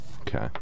Okay